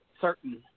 certain